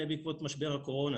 בעקבות משבר הקורונה,